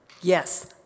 Yes